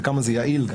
וכמה זה יעיל.